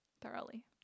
Thoroughly